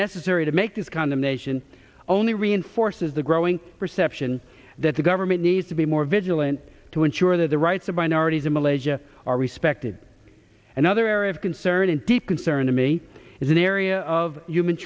necessary to make this condemnation only reinforces the growing perception that the government needs to be more vigilant to ensure that the rights of minorities in malaysia are respected another area of concern and deep concern to me is an area of human